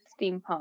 steampunk